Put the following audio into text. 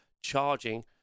charging